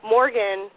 Morgan